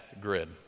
Grid